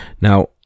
Now